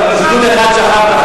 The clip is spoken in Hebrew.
רק ציטוט אחד שכחת,